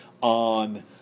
on